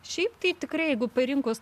šiaip tai tikrai jeigu parinkus